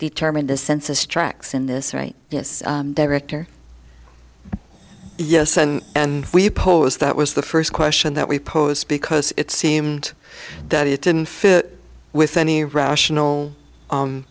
determine the census tracks in this right director yes and and we pose that was the first question that we posed because it seemed that it didn't fit with any rational